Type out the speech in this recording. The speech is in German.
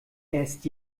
erst